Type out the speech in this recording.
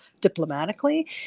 diplomatically